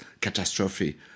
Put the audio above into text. catastrophe